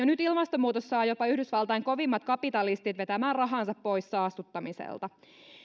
nyt ilmastonmuutos saa jopa yhdysvaltain kovimmat kapitalistit vetämään rahansa pois saastuttamiselta